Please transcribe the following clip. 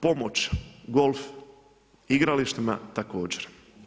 Pomoć golf igralištima također.